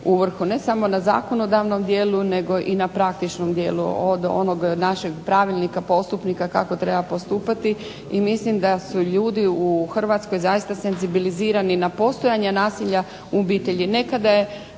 vrhu ne samo na zakonodavnom dijelu, nego i na praktičnom dijelu od onog našeg pravilnika, postupnika kako treba postupati i mislim da su ljudi u Hrvatskoj zaista senzibilizirani na postojanje nasilja u obitelji.